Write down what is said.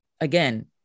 again